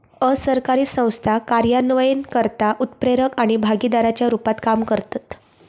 असरकारी संस्था कार्यान्वयनकर्ता, उत्प्रेरक आणि भागीदाराच्या रुपात काम करतत